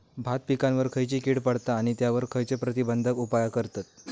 भात पिकांवर खैयची कीड पडता आणि त्यावर खैयचे प्रतिबंधक उपाय करतत?